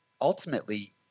ultimately